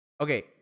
Okay